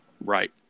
Right